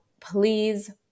please